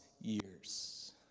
years